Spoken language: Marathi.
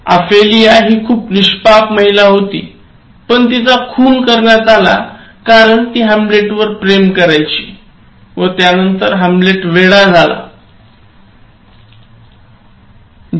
ओफेलिया हि खूप निष्पाप महिला होती पण तिचा खून करण्यात आला कारण ती हॅम्लेटवर प्रेम करायची व त्यांनतर हॅम्लेट वेडा झाला हे तिला पाहवल नाही व ती मेली